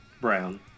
brown